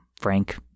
Frank